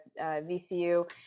VCU